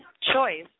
choice